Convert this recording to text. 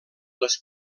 les